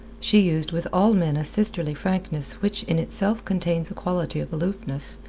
she used with all men a sisterly frankness which in itself contains a quality of aloofness,